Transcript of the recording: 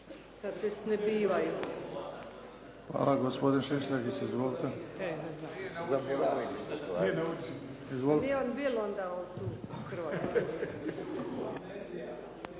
Hvala. Gospodin Šišljagić, izvolite.